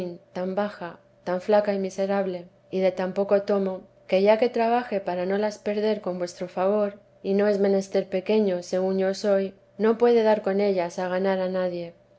tan baja tan flaca y miserable y de tan poco tomo que ya que trabaje para no las perder con vuestro favor y no es menester pequeño según yo soy no puede dar con ellas a ganar a nadie